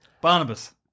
Barnabas